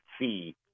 see